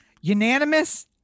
unanimous